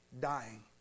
dying